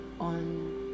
on